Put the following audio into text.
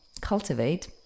cultivate